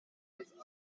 unusual